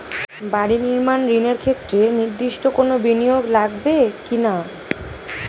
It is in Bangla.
বাড়ি নির্মাণ ঋণের ক্ষেত্রে নির্দিষ্ট কোনো বিনিয়োগ লাগবে কি না?